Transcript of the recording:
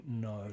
no